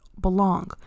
belong